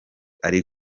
ari